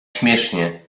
śmiesznie